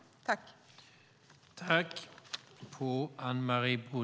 I detta anförande instämde Ulf Nilsson , Per Lodenius och Lars-Axel Nordell .